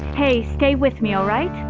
hey, stay with me, alright?